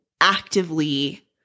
actively